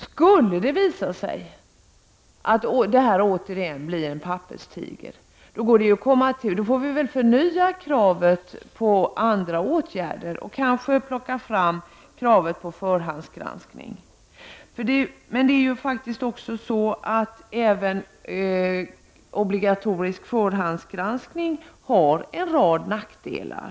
Skulle det visa sig att det återigen blir en papperstiger, då får vi väl förnya kravet på andra åtgärder och kanske plocka fram kravet på förhandsgranskning. Men även obligatorisk förhandsgranskning har faktiskt en rad nackdelar.